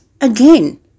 again